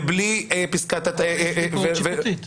ביקורת ש פוטית.